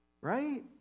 Right